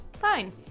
Fine